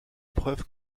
preuve